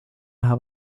näha